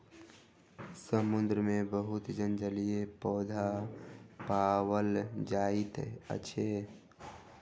समुद्र मे बहुत जलीय पौधा पाओल जाइत अछि